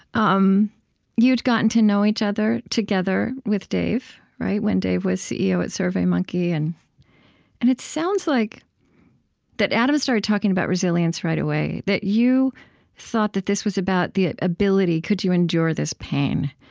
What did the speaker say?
um you'd gotten to know each other together with dave, right? when dave was ceo at surveymonkey. and and it sounds like that adam started talking about resilience right away that you thought that this was about the ability could you endure this pain?